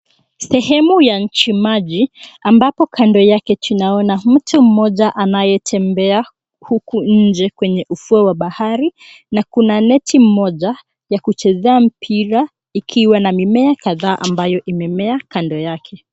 Sehemu ya nchi maji ambapo kando yake tunaona mtu mmoja anayetembea huku nje kwenye ufuo wa bahari na kuna neti moja ya kuchezea mpira, ikiwa na mimea kadhaa ambayo imemea kando yake.